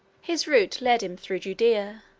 his route led him through judea.